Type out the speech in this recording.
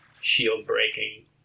shield-breaking